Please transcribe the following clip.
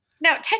Now